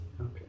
Okay